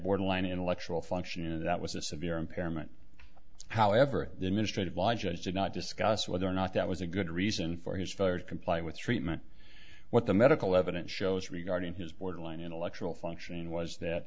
borderline intellectual functioning that was a severe impairment however the administrative law judge did not discuss whether or not that was a good reason for his failure to comply with treatment what the medical evidence shows regarding his borderline intellectual functioning was that